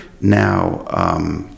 now